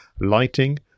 lighting